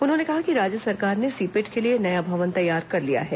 उन्होंने कहा कि राज्य सरकार ने सीपेट के लिए नया भवन तैयार कर लिया है